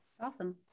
Awesome